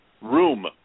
room